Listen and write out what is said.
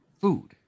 food